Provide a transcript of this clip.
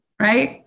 right